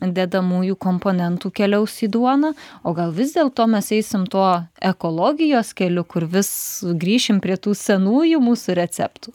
dedamųjų komponentų keliaus į duoną o gal vis dėlto mes eisim tuo ekologijos keliu kur vis grįšim prie tų senųjų mūsų receptų